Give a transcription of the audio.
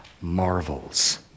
marvels